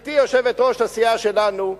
גברתי יושבת-ראש הסיעה שלנו,